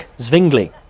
Zwingli